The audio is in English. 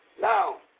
now